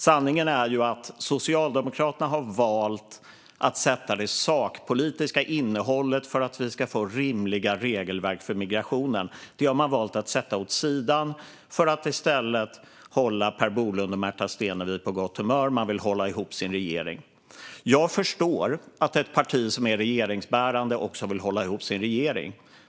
Sanningen är att Socialdemokraterna har valt att sätta det sakpolitiska innehållet för att vi ska få rimliga regelverk för migrationen åt sidan för att i stället hålla Per Bolund och Märta Stenevi på gott humör. Man vill hålla ihop sin regering. Jag förstår att ett parti som är regeringsbärande vill hålla ihop sin regering.